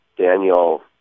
Daniel